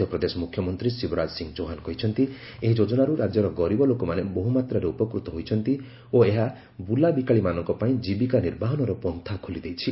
ମଧ୍ୟପ୍ରଦେଶ ମୁଖ୍ୟମନ୍ତ୍ରୀ ଶିବରାଜ ସିଂ ଚୌହାନ କହିଛନ୍ତି ଏହି ଯୋଜନାରୁ ରାଜ୍ୟର ଗରିବ ଲୋକମାନେ ବହୁ ମାତ୍ରାରେ ଉପକୃତ ହୋଇଛନ୍ତି ଓ ଏହା ବୁଲାବିକାଳିମାନଙ୍କ ପାଇଁ ଜୀବିକା ନିର୍ବାହନର ପନ୍ଥା ଖୋଲି ଦେଇଛି